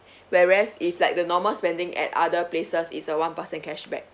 whereas if like the normal spending at other places is a one percent cashback